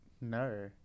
No